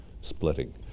splitting